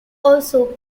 also